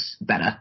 better